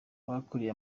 abakuriye